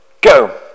Go